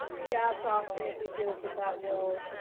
we ask austin if he feels that that will